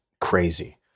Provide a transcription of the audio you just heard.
crazy